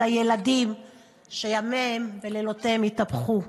על הילדים שימיהם ולילותיהם התהפכו.